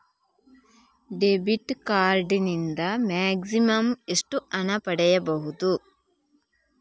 Debit card ನಿಂದ maximum ಎಷ್ಟು ಹಣ ಪಡೆಯಬಹುದು?